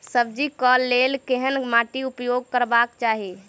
सब्जी कऽ लेल केहन माटि उपयोग करबाक चाहि?